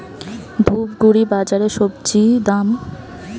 ধূপগুড়ি বাজারের স্বজি দাম?